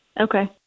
Okay